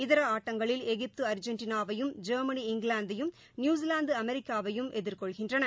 இதர ஆட்டங்களில் எகிப்து அர்ஜென்டினாவையும் ஜெர்மனி இங்கிலாந்தையும் நியூசிவாந்து அமெரிக்காவையும் எதிர்கொள்கின்றன